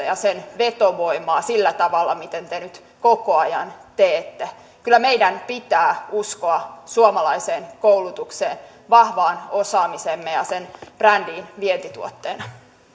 ja sen vetovoimaa sillä tavalla miten te nyt koko ajan teette kyllä meidän pitää uskoa suomalaiseen koulutukseen vahvaan osaamiseemme ja sen brändiin vientituotteena